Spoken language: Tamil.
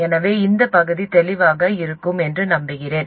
எனவே இந்த பகுதி தெளிவாக இருக்கும் என்று நம்புகிறேன்